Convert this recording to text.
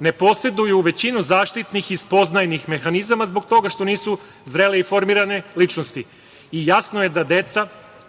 ne poseduju u većini zaštitnih i spoznajnih mehanizama zbog toga što nisu zrele i formirane ličnosti i jasno je da deca